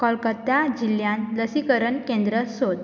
कोलकत्या जिल्ल्यांत लसीकरण केंद्र सोद